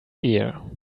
ear